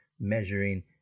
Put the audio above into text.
measuring